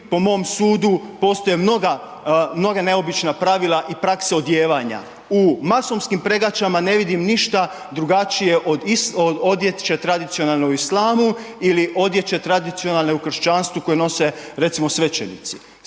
po mom sudu, postoje mnoga neobična pravila i prakse odijevanja. U masonskim pregačama ne vidim ništa drugačije od odjeće u tradicionalnom islamu ili odječe tradicionalne u kršćanstvu koje nose, recimo, svećenici.